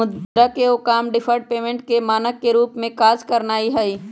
मुद्रा के एगो काम डिफर्ड पेमेंट के मानक के रूप में काज करनाइ हइ